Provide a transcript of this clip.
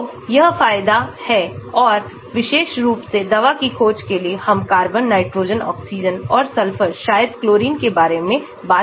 सो यह फायदा है और विशेष रूप से दवा की खोज के लिए हम कार्बन नाइट्रोजन ऑक्सीजन और सल्फर शायद क्लोरीन के बारे में बात कर रहे हैं